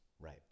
Right